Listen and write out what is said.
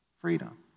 freedom